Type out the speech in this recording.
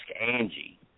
Angie